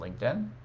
LinkedIn